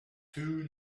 two